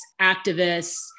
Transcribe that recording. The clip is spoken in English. activists